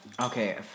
Okay